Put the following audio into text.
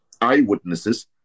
eyewitnesses